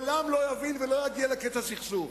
לעולם לא יבין ולא יגיע לקץ הסכסוך.